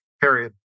period